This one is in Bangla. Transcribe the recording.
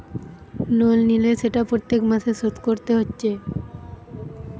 লোন লিলে সেটা প্রত্যেক মাসে শোধ কোরতে হচ্ছে